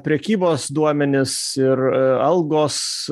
prekybos duomenys ir algos